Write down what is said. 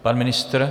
Pan ministr?